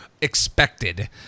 expected